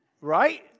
right